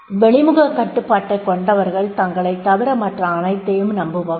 வெளிமுகக் கட்டுப்பாட்டைக் கொண்டவர்கள் தங்களைத் தவிர மற்ற அனைத்தையும் நம்புபவர்கள்